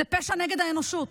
זה פשע נגד האנושות.